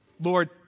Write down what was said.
Lord